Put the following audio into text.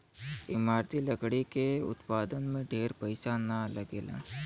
इमारती लकड़ी के उत्पादन में ढेर पईसा ना लगेला